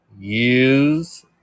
use